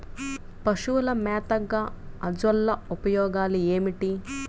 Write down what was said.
పశువుల మేతగా అజొల్ల ఉపయోగాలు ఏమిటి?